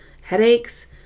headaches